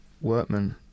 Workman